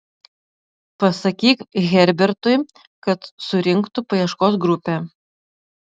pasakyk herbertui kad surinktų paieškos grupę